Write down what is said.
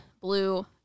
blue